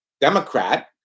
Democrat